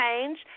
change